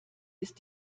ist